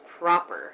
proper